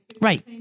Right